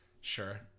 Sure